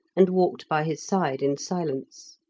and walked by his side in silence.